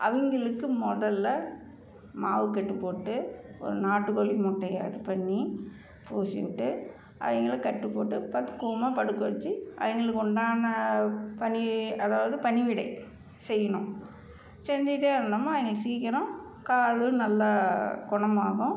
அவங்களுக்கு முதல்ல மாவுக்கட்டு போட்டு ஒரு நாட்டுக்கோழி முட்டையை இது பண்ணி பூசிவிட்டு அவங்களுக்கு கட்டு போட்டு பக்குவமாக படுக்கவச்சு அவங்களுக்கு உண்டான பணி அதாவது பணிவிடை செய்யணும் செஞ்சிக்கிட்டே இருந்தோம்மா அவங்களுக்கு சீக்கிரம் கால் நல்லா குணமாகும்